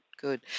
good